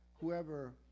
whoever